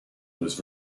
was